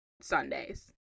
Sundays